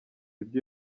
ibyo